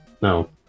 no